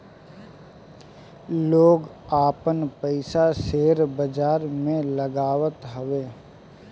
लोग आपन पईसा शेयर बाजार में लगावत हवे